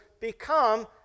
become